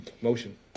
Motion